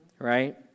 right